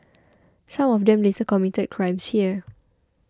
some of them later committed crimes here